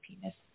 penis